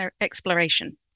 exploration